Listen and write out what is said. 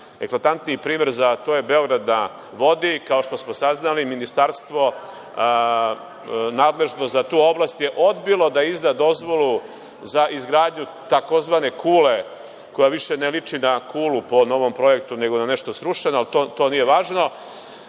Najeklatantniji primer za to je „Beograd na vodi“. Kao što smo saznali, Ministarstvo nadležno za tu oblast je odbilo da izda dozvolu za izgradnju tzv. Kule, koja više ne liči na kulu po novom projektu, nego na nešto srušeno, ali to nije važno,